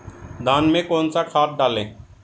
धान में कौन सा खाद डालें?